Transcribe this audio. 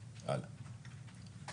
(שקף: היקף המענה לצה"ל בהובלה כבדה).